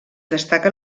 destaca